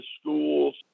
schools